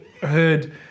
heard